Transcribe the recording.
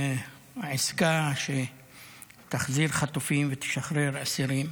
עסקה שתחזיר חטופים ותשחרר אסירים.